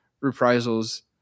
reprisals